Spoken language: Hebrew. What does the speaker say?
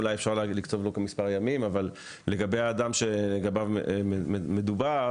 אולי אפשר לקצוב לו מספר ימים לגבי האדם בו מדובר,